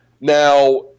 now